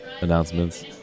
announcements